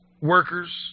workers